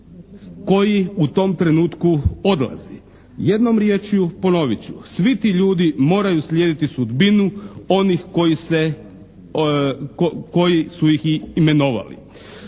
koji u tom trenutku odlazi. Jednom riječju ponovit ću, svi ti ljudi moraju slijediti sudbinu onih koji su ih i imenovali.